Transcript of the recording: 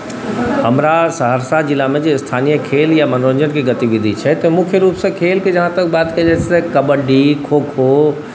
हमरा सहरसा जिलामे जे स्थानीय खेल या मनोरञ्जनके गतिविधि छै तऽ जहाँ तक मुख्यरूपसँ खेलके बात करी तऽ कबड्डी खोखो